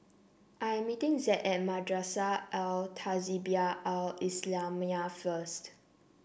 I'm meeting Zed at Madrasah Al Tahzibiah Al Islamiah first